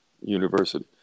University